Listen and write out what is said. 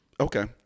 okay